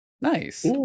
Nice